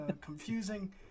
confusing